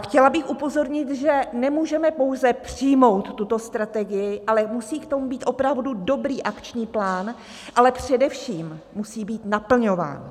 Chtěla bych upozornit, že nemůžeme pouze přijmout tuto strategii, ale musí k tomu být opravdu dobrý akční plán, ale především musí být naplňován.